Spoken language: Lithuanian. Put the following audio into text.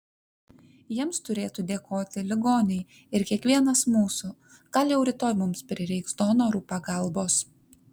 jiems turėtų dėkoti ligoniai ir kiekvienas mūsų gal jau rytoj mums prireiks donorų pagalbos